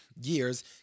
years